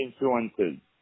influences